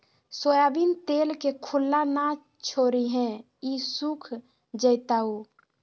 soybean तेल के खुल्ला न छोरीहें ई सुख जयताऊ